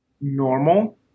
normal